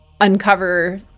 uncover